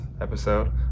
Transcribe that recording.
episode